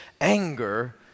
anger